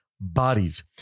bodies